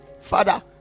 father